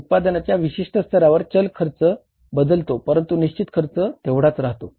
उत्पादनाच्या विशिष्ट स्तरावर चल खर्च तेवढाच राहतो